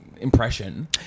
impression